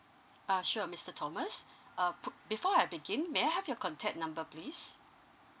uh sure mister thomas uh pu~ before I begin may I have your contact number please